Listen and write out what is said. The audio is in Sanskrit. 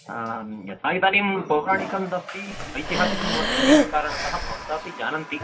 यथा इदानीं पौराणिकम् अस्ति ऐतिहासिकं वर्तते इति कारणतः भवन्तः अपि जानन्ति